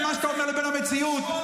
מה קורה עם תל-אביבים?